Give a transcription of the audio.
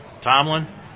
Tomlin